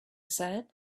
said